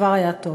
כבר היה טוב.